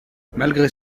malgré